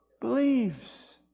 believes